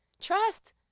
Trust